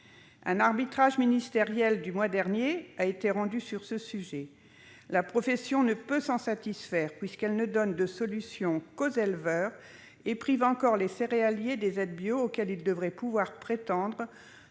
Un arbitrage ministériel a été rendu sur ce sujet le mois dernier. La profession ne peut s'en satisfaire, puisqu'il n'apporte de solution qu'aux éleveurs et prive encore les céréaliers des aides bio auxquelles ils devraient pouvoir prétendre.